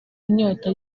inyota